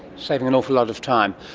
saving an awful lot of time.